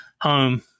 home